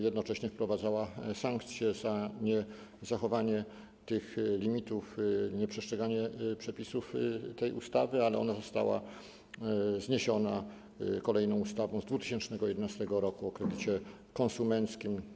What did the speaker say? Jednocześnie wprowadzała sankcję za niezachowanie tych limitów, nieprzestrzeganie przepisów tej ustawy, ale ona została zniesiona kolejną ustawą z 2011 r. o kredycie konsumenckim.